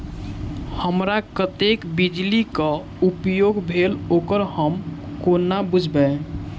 हमरा कत्तेक बिजली कऽ उपयोग भेल ओकर हम कोना बुझबै?